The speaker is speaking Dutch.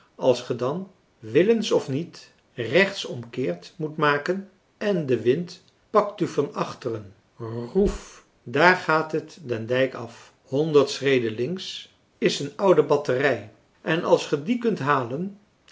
als ge dan willens of niet rechtsomkeert moet maken en de wind pakt u van achteren roef daar gaat het den dijk af honderd schreden links is een oude batterij en als ge die kunt halen